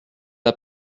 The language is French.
l’a